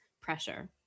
pressure